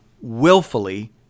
willfully